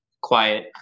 quiet